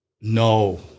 No